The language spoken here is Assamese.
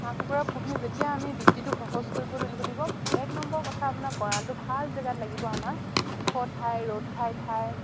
হাঁহ কুকুৰা পুহি যেতিয়া আমি বৃত্তিটো সহজ কৰিব তুলিব লাগিব এক নম্বৰ কথা আপোনাৰ গঁৰালটো ভাল জেগাত লাগিব আমাক ওখ ঠাই ৰ'দ ঘাই ঠাই